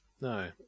no